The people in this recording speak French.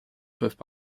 peuvent